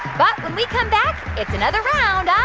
but when we come back, it's another round um